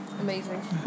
Amazing